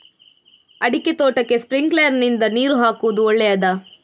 ಅಡಿಕೆ ತೋಟಕ್ಕೆ ಸ್ಪ್ರಿಂಕ್ಲರ್ ನಿಂದ ನೀರು ಹಾಕುವುದು ಒಳ್ಳೆಯದ?